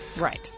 Right